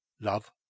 Love